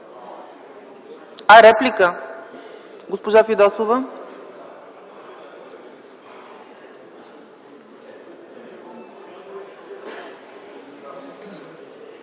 Реплика? Госпожа Фидосова.